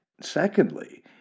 Secondly